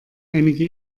einige